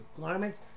garments